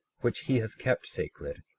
which he has kept sacred,